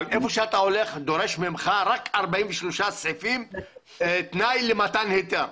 אבל בכל מקום דורשים ממך רק 43 סעיפים שהם תנאי למתן היתר.